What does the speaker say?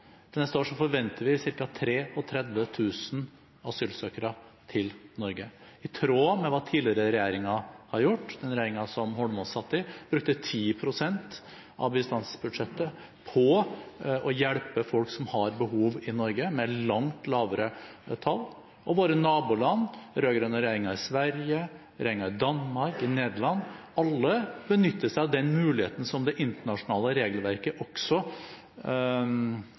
neste år forventer vi ca. 33 000 asylsøkere til Norge – i tråd med hva tidligere regjeringer har gjort. Den regjeringen som Eidsvoll Holmås satt i, brukte 10 pst. av bistandsbudsjettet, et langt lavere tall, på å hjelpe folk som har behov, i Norge. Og både våre naboland, den rød-grønne regjeringen i Sverige og regjeringen i Danmark, og regjeringen i Nederland, benytter seg av den muligheten som det internasjonale regelverket